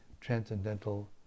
transcendental